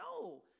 No